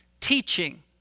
teaching